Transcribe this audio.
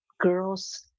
girls